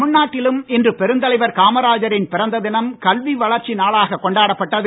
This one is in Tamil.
தமிழ்நாட்டிலும் இன்று பெருந்தலைவர் காமராஜரின் பிறந்த தினம் கல்வி வளர்ச்சி நாளாக கொண்டாடப்பட்டது